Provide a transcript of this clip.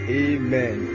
amen